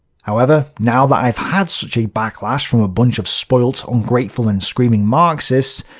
however, now that i've had such a backlash from a bunch of spoilt, ungrateful, and screaming marxists,